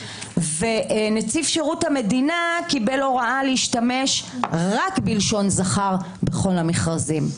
נציב שירות המדינה קיבל הוראה להשתמש רק בלשון זכר בכל המכרזים.